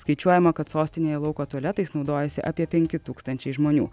skaičiuojama kad sostinėje lauko tualetais naudojasi apie penki tūkstančiai žmonių